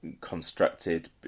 constructed